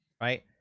Right